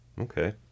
okay